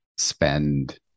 Spend